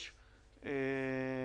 כל מוסד מפעיל מערך.